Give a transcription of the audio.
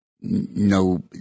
no